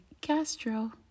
Castro